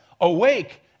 awake